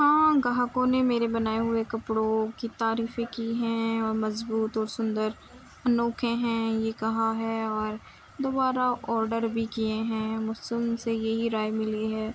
ہاں گاہکوں نے میرے بنائے ہوئے کپڑوں کی تعریفیں کی ہیں اور مضبوط اور سندر انوکھے ہیں یہ کہا ہے اور دوبارہ آڈر بھی کیے ہیں مجھ سے ان سے یہی رائے ملی ہے